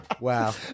Wow